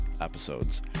episodes